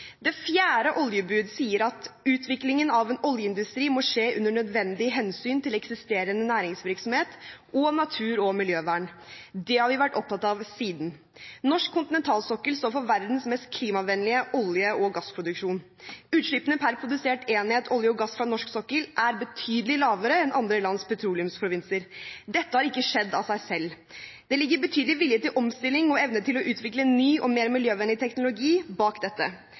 Det fjerde oljebud sier: «At utviklingen av en oljeindustri må skje under nødvendig hensyn til eksisterende næringsvirksomhet og natur- og miljøvern». Det har vi vært opptatt av siden. Norsk kontinentalsokkel står for verdens mest klimavennlige olje- og gassproduksjon. Utslippene per produsert enhet olje og gass fra norsk sokkel er betydelig lavere enn fra andre lands petroleumsprovinser. Dette har ikke skjedd av seg selv. Det ligger betydelig vilje til omstilling og evne til å utvikle ny og mer miljøvennlig teknologi bak dette.